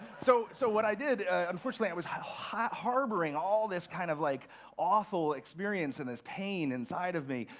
so so what i did unfortunately, i was harboring all this kind of like awful experience and this pain inside of me,